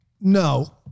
no